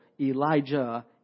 Elijah